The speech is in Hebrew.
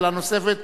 שאלה נוספת,